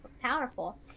powerful